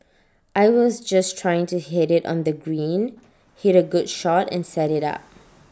I was just trying to hit IT on the green hit A good shot and set IT up